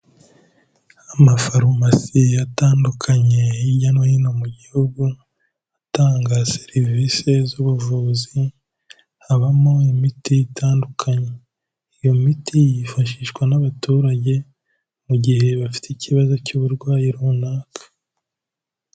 Amafarumasi atandukanye hirya no hino mu gihugu, atanga serivisi z'ubuvuzi, abamo imiti itandukanye, iyo miti yifashishwa n'abaturage, mu gihe bafite ikibazo cy'uburwayi runaka.